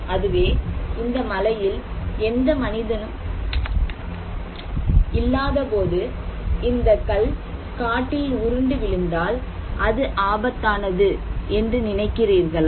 அதுவே இந்த மழையில் எந்த மனிதனும் இல்லாதபோது இந்த கல் காட்டில் உருண்டு விழுந்தால் அது ஆபத்தானது என்று நினைக்கிறீர்களா